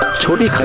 twenty